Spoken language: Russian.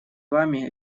вами